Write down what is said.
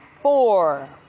four